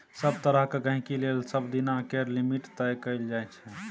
सभ तरहक गहिंकी लेल सबदिना केर लिमिट तय कएल जाइ छै